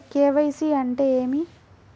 KYC అంటే ఏమి?